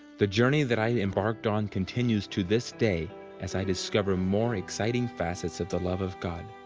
the journey that i embarked on continues to this day as i discover more excited facets of the love of god.